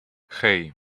hey